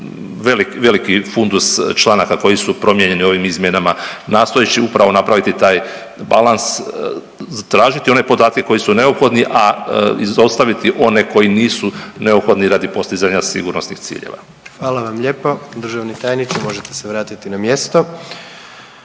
veliki fundus članaka koji su promijenjeni ovim izmjenama nastojeći upravo napraviti taj balans, tražiti one podatke koji su neophodni, a izostaviti one koji nisu neophodni radi postizanja sigurnosnih ciljeva. **Jandroković, Gordan (HDZ)** Hvala vam lijepo državni tajniče, možete se vratiti na mjesto.